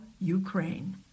Ukraine